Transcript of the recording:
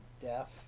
deaf